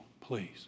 please